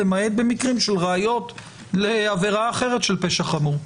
למעט במקרים של ראיות לעבירה אחרת של פשע חמור.